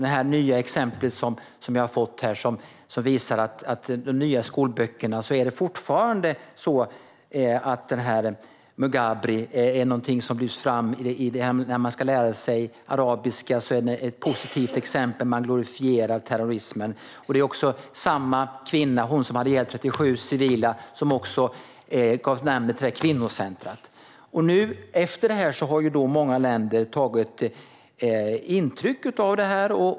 Det nya exempel jag har fått visar att i de nya skolböckerna lyfts Mughrabi fortfarande fram som ett positivt exempel när man ska lära sig arabiska. Terrorismen glorifieras. Det är samma kvinna - hon som hade ihjäl 37 civila - som har fått ge namn åt ett kvinnocenter. Efter detta har många länder tagit intryck.